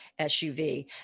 SUV